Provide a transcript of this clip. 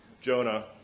Jonah